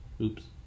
Oops